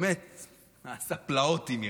באמת עשה פלאות עם איראן.